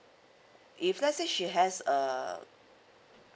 if let's say she has a